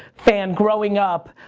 fan growing up,